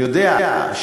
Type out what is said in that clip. אני יודע?